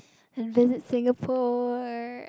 and then Singapore